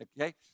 okay